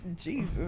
Jesus